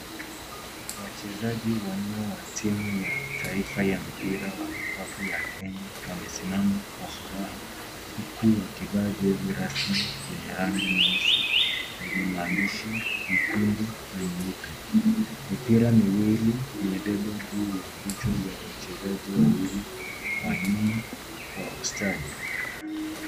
Wachezaji wanne wa timu ya taifa ya mpira wa vikapu ya Kenya, wamesimama kwa furaha, huku wakivaa jezi rasmi zenye rangi nyeusi zenye maandishi mekundu na nyeupe. Mipira miwili imebebwa juu ya vichwa vya wachezaji wawili wa nyuma kwa ustadi.